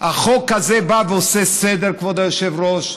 החוק הזה בא ועושה סדר, כבוד היושב-ראש.